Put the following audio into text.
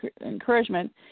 encouragement